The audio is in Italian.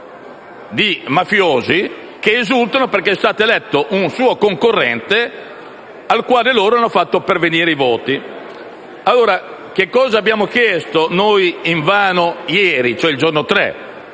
di mafiosi che esultano perché è stato eletto un suo concorrente al quale loro hanno fatto pervenire i voti. Che cosa abbiamo allora chiesto noi, invano, il giorno 3